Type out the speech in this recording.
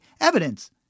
evidence